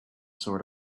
sort